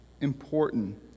important